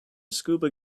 scuba